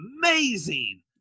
amazing